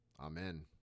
Amen